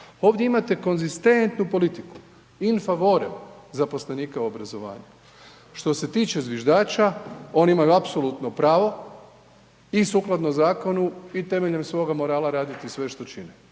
Ovdje imate konzistentnu politiku in favorem zaposlenika u obrazovanju. Što se tiče zviždača, oni imaju apsolutno pravo i sukladno i zakonu i temeljem svoga morala raditi sve što čine.